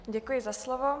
Děkuji za slovo.